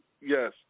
Yes